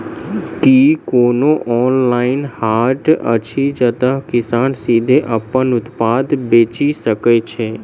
की कोनो ऑनलाइन हाट अछि जतह किसान सीधे अप्पन उत्पाद बेचि सके छै?